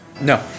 no